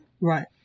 Right